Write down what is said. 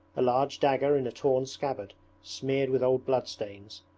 a large dagger in a torn scabbard smeared with old bloodstains,